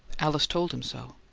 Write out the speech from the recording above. alice told him so.